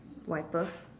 wiper